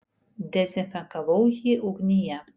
dezinfekavau jį ugnyje